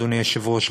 אדוני היושב-ראש,